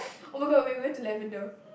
[oh]-my-god we went to Lavender